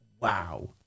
Wow